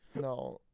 No